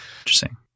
interesting